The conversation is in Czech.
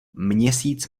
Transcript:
měsíc